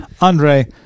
Andre